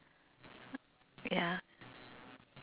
ya